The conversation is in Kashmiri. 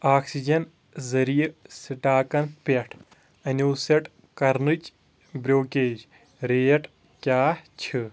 آکسِجن ذٔریعہٕ سٹاکن پٮ۪ٹھ انوسٹ کرنٕچ بروکیج ریٹ کیٛاہ چھِ